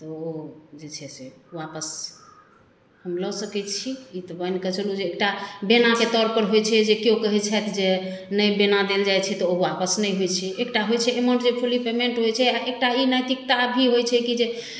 तऽ ओ जे छै से वापस हम लअ सकय छी ई तऽ मानिके चलु जे एक टा बेनाके तौरपर होइ छै जे केओ कहय छथि जे नहि बेना देल जाइ छै तऽ ओ वापस नहि होइ छै एक टा होइ छै एमहर जे फुल्ली पेमेन्ट होइ छै आओर एक टा ई नैतिकता भी होइ छै कि जे